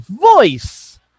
voice